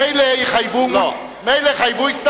מילא יחייבו אסלאם,